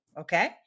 Okay